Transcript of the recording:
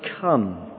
come